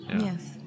Yes